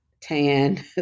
tan